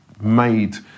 made